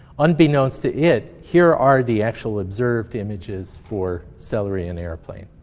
unbeknownst to it, here are the actual observed images for celery and airplane.